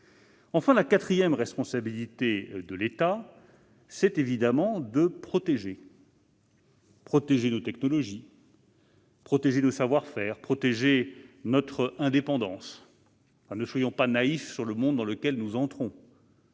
Enfin, la quatrième responsabilité de l'État, c'est de protéger : protéger nos technologies, nos savoir-faire, notre indépendance. Ne soyons pas naïfs sur le monde dans lequel nous entrons.